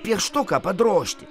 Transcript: pieštuką padrožti